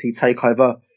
takeover